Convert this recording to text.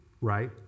right